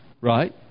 Right